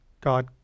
God